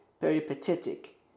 peripatetic